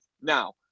Now